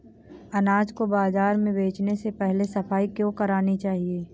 अनाज को बाजार में बेचने से पहले सफाई क्यो करानी चाहिए?